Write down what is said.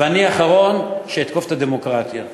ואני האחרון שאתקוף את הדמוקרטיה,